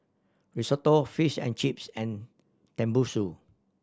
Risotto Fish and Chips and Tenmusu